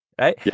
right